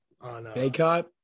Baycott